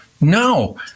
No